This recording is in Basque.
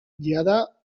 jada